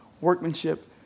workmanship